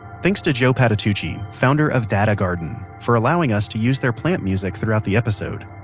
thanks to joe patitucci, founder of data garden for allowing us to use their plant music throughout the episode.